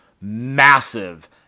massive